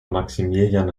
maximilian